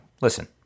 Listen